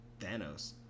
Thanos